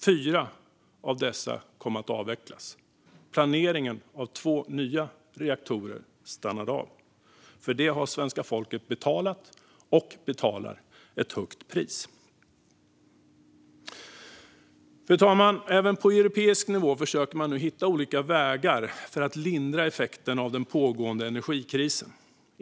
Fyra av dessa kom att avvecklas. Planeringen av två nya reaktorer stannade av. Svenska folket har betalat och betalar ett högt pris för detta. Fru talman! Även på europeisk nivå försöker man hitta olika vägar för att lindra effekterna av den pågående energikrisen.